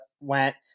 went